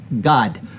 God